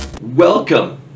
welcome